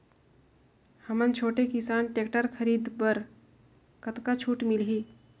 हमन छोटे किसान टेक्टर खरीदे बर कतका छूट मिलही?